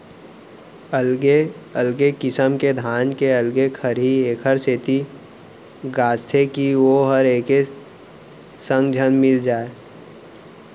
अलगे अलगे किसम के धान के अलगे खरही एकर सेती गांजथें कि वोहर एके संग झन मिल जाय